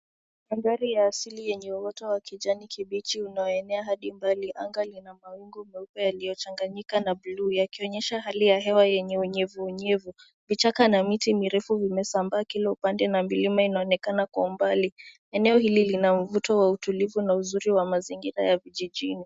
Mandhari ya asili yenye uoto wa kijani kibichi unaoenea hadi mbali. Anga lina mawingu meupe yalichanganyika na blue , yakionyesha hali ya hewa yenye unyevunyevu. Vichaka na miti mirefu vimesambaa kila upande na milima inaonekana kwa umbali. Eneo hili lina mvuto wa utulivu na uzuri wa mazingira ya vijini.